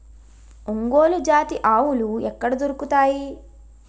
ఒంగోలు జాతి ఆవులు ఎక్కడ దొరుకుతాయి?